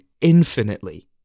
infinitely